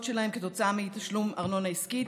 שלהן כתוצאה מאי-תשלום ארנונה עסקית,